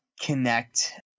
connect